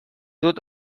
dut